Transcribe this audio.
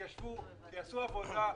שיתיישבו ויעשו עבודה,